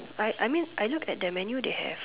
I I mean I look at the menu they have